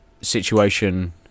situation